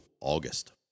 August